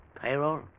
Payroll